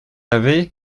avez